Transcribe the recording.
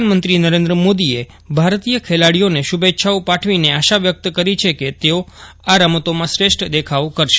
પ્રધાનમંત્રી નરેન્દ્ર મોદીએ ભારતીય ખેલાડીઓને શુભેચ્છાઓ પાઠવીને આશા વ્યક્ત કરી છે કે તેઓ આ રમતોમાં શ્રેષ્ઠ દેખાવ કરશે